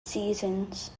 seasons